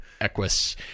Equus